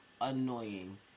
annoying